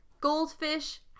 goldfish